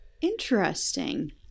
interesting